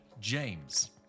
James